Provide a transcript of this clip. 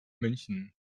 münchen